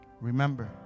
Remember